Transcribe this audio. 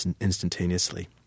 instantaneously